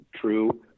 true